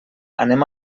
anem